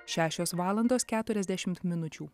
šešios valandos keturiasdešimt minučių